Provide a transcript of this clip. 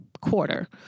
quarter